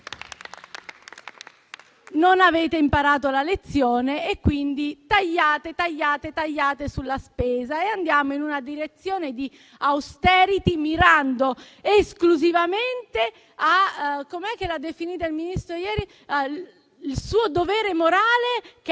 non avete imparato la lezione e quindi tagliate, tagliate e tagliate sulla spesa, andando in una direzione di *austerity* e mirando esclusivamente a ciò che ieri il Ministro ha definito il suo dovere morale, che